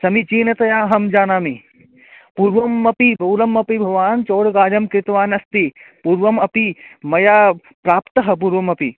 समीचीनतया अहं जानामि पूर्वम् अपि पूर्वम् अपि भवान् चोरकार्यं कृतवान् अस्ति पूर्वम् अपि मया प्राप्तः पूर्वमपि